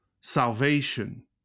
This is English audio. salvation